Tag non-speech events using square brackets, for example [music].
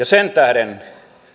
[unintelligible] sen tähden